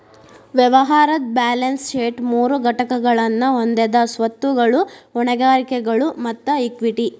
ವ್ಯವಹಾರದ್ balance sheet ಮೂರು ಘಟಕಗಳನ್ನ ಹೊಂದೆದ ಸ್ವತ್ತುಗಳು, ಹೊಣೆಗಾರಿಕೆಗಳು ಮತ್ತ ಇಕ್ವಿಟಿ